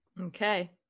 Okay